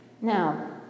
Now